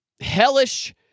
hellish—